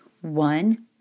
one